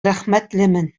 рәхмәтлемен